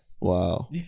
Wow